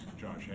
Josh